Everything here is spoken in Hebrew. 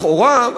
לכאורה,